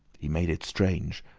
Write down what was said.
he made it strange,